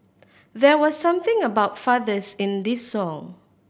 there was something about fathers in this song